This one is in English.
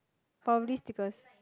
probably stickers